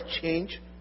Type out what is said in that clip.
change